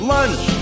Lunch